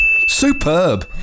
Superb